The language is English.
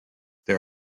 there